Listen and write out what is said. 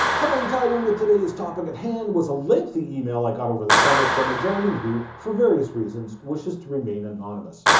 heavily tied in with today's topic at hand was a lengthy email i got over the summer from a gentleman who, for various reasons, wishes to remain anonymous.